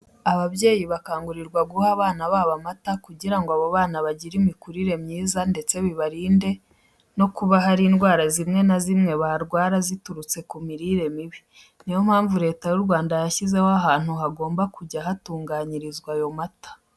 Ababyeyi bakangurirwa guha abana babo amata kugira ngo abo bana bagire imikurire myiza ndetse bibarinde no kuba hari indwara zimwe na zimwe barwara ziturutse ku mirire mibi. Niyo mpamvu Leta y'u Rwanda yashyizeho ahantu hagomba kujya hatunganyirizwa ayo mata.